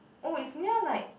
oh it's near like